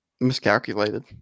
miscalculated